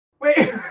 Wait